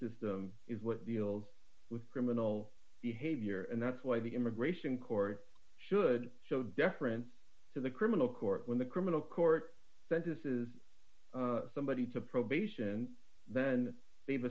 system is what deals with criminal behavior and that's why the immigration court should show deference to the criminal court when the criminal court sentences somebody to probation then they've